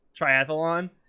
triathlon